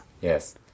Yes